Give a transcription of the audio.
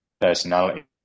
personality